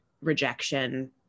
rejection